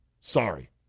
sorry